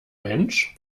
mensch